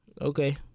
okay